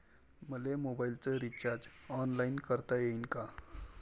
मले मोबाईलच recharge online करता येईन का?